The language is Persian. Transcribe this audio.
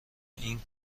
این